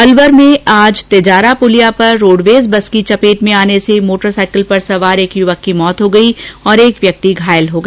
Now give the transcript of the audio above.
अलवर में आज तिजारा पुलिया पर रोडवेज बस की चपेट में आने से मोटरसाइकिल सवार एक युवक की मौत हो गयी और एक व्यक्ति घायल हो गया